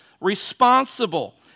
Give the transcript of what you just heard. responsible